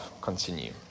continue